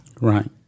Right